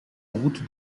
route